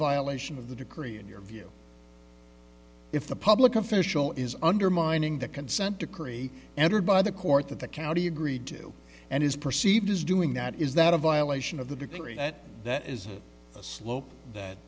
violation of the decree in your view if the public official is undermining the consent decree entered by the court that the county agreed to and is perceived as doing that is that a violation of the decree that that is a slope that